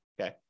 Okay